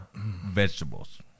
vegetables